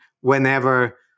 whenever